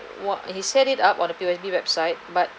what he set it up on the P_O_S_B website but